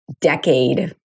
decade